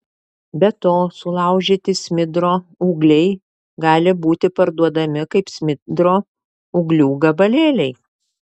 be to sulaužyti smidro ūgliai gali būti parduodami kaip smidro ūglių gabalėliai